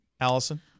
Allison